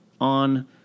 on